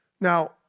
Now